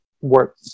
work